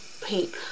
paint